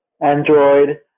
Android